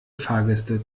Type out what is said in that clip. fahrgäste